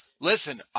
Listen